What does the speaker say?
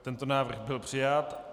Tento návrh byl přijat.